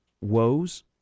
woes